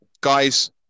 Guys